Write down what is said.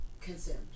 consumed